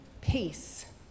peace